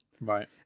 right